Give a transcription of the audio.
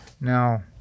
Now